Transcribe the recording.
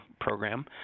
program